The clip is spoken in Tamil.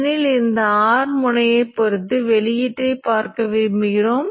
இப்போது Iq மூலம் மின்னோட்டத்தை கொடுக்கிறேன்